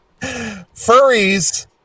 Furries